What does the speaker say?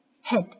head